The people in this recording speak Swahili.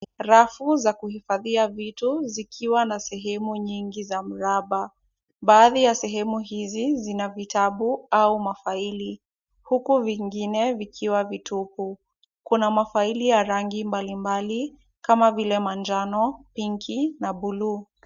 Rafu za kuhifadhia vitu zikiwa na sehemu nyingi za mraba. Baadhi ya sehemu hizi zina vitabu au mafaili, huku vingine vikiwa vitupu. Kuna mafaili ya rangi mbalimbali kama vile manjano, pinki na buluu.